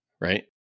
right